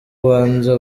ubanza